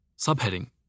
Subheading